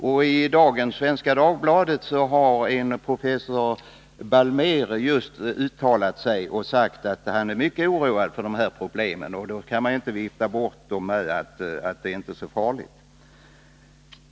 I dagens nummer av Svenska Dagbladet har en professor Balmér uttalat att han är mycket oroad av dessa problem. Då kan man inte vifta bort dem med att det inte är så farligt.